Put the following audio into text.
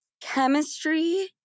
chemistry